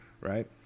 right